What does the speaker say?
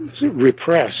repressed